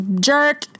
jerk